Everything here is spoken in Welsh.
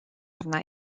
arna